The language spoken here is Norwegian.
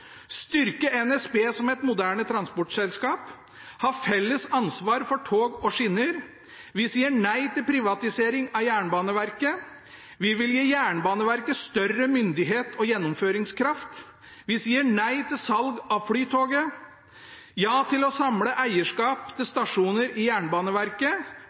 styrke NSB som et moderne transportselskap ha felles ansvar for tog og skinner si nei til privatisering av Jernbaneverket gi Jernbaneverket større myndighet og gjennomføringskraft si nei til salg av Flytoget si ja til å samle eierskap til stasjoner i Jernbaneverket